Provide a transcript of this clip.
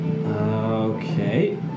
Okay